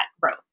growth